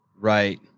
Right